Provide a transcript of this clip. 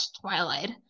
Twilight